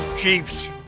Chiefs